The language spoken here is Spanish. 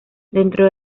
dentro